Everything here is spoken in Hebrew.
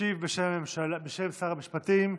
ישיב, בשם שר המשפטים,